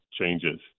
changes